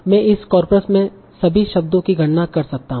मैं इस कॉर्पस में सभी शब्दों की गणना कर सकता हूं